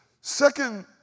Second